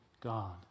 God